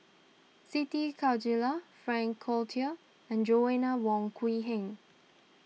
Siti Khalijah Frank Cloutier and Joanna Wong Quee Heng